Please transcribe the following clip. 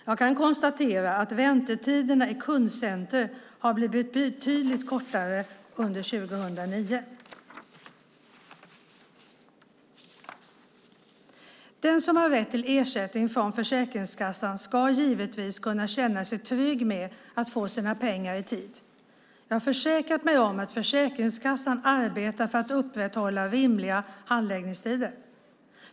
Jag kan konstatera att väntetiderna i kundcenter har blivit betydligt kortare under 2009. Den som har rätt till ersättning från Försäkringskassan ska givetvis kunna känna sig trygg med att få sina pengar i tid. Jag har försäkrat mig om att Försäkringskassan arbetar för att upprätthålla rimliga handläggningstider.